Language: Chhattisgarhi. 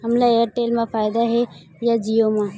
हमला एयरटेल मा फ़ायदा हे या जिओ मा?